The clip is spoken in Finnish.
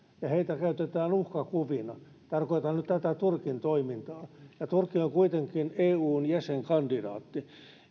ja heitä käytetään uhkakuvina tarkoitan nyt tätä turkin toimintaa turkki on kuitenkin eun jäsenkandidaatti